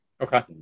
Okay